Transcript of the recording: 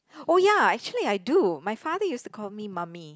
oh ya actually I do my father used to call me mummy